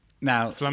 Now